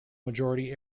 majority